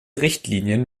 richtlinien